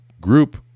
group